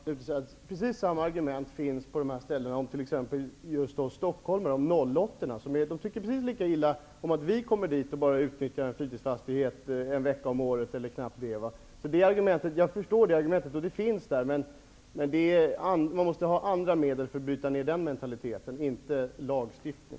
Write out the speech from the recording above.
Fru talman! Precis samma argument framförs på de ställena gentemot stockholmare. Man tycker precis lika illa om ''nollåttorna'' som kommer dit och utnyttjar fastigheten en vecka om året eller knappt det. Så det argumentet finns, och jag förstår det, men man måste ha andra medel för att bryta ned den mentaliteten, inte lagstiftning.